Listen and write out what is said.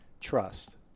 trust